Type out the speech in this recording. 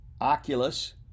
Oculus